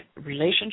relationship